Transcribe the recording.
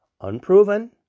unproven